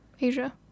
Asia